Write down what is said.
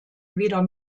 weder